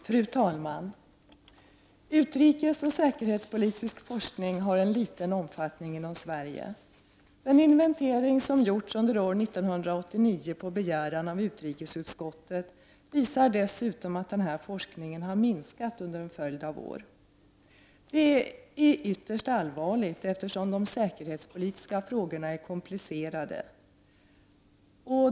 Fru talman! Utrikesoch säkerhetspolitisk forskning har en liten omfattning inom Sverige. En inventering som gjorts under år 1989 på begäran av utrikesutskottet visar dessutom att denna forskning minskat under en följd av år. Det är ytterst allvarligt eftersom de säkerhetspolitiska frågorna är komplicerade.